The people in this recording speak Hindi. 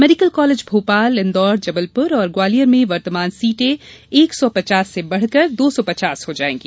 मेडिकल कॉलेज भोपाल इन्दौर जबलप्र और ग्वालियर में वर्तमान सीटें एक सौ पचास से बढ़कर दो सौ पचास हो जायेंगी